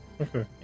Okay